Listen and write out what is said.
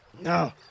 No